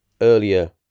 earlier